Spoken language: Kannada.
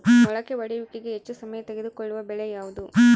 ಮೊಳಕೆ ಒಡೆಯುವಿಕೆಗೆ ಹೆಚ್ಚು ಸಮಯ ತೆಗೆದುಕೊಳ್ಳುವ ಬೆಳೆ ಯಾವುದು?